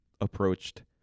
approached